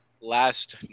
last